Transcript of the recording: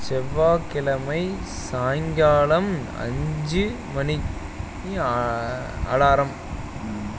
செவ்வாய்க்கிழமை சாயங்காலம் அஞ்சு மணிக்கு அலாரம்